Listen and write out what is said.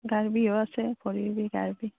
গাৰ বিষো আছে ভৰিৰ বিষ গাৰ বিষ